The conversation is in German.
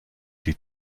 die